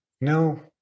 No